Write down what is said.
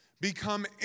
Become